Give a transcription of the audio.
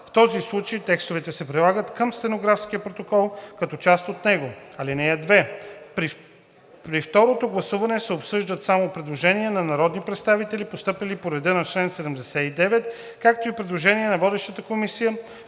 В този случай текстовете се прилагат към стенографския протокол като част от него. (2) При второто гласуване се обсъждат само предложения на народни представители, постъпили по реда на чл. 79, както и предложения на водещата комисия,